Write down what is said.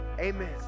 amen